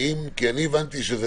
אני הבנתי שזה